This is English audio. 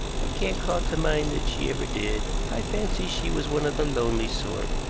i can't call to mind that she ever did. i fancy she was one of the lonely sort.